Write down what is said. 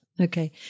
okay